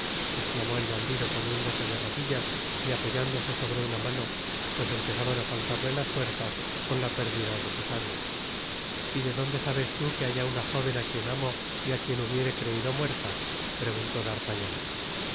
esclamó el bandido poniéndose de rodillas y apoyándose sobre una mano pues empezaban á faltarle las fuerzas con la perdida de su sangre content from google book search generated at y de dónde sabes tú que haya una jóven á quien amo y á quien hubiere creido muerta preguntó d'artagnan